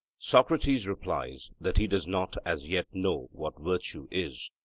socrates replies that he does not as yet know what virtue is,